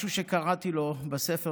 משהו שקראתי לו בספר